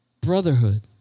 brotherhood